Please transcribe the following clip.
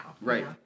right